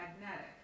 magnetic